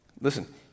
Listen